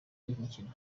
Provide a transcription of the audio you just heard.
w’imikino